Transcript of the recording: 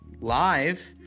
live